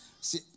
See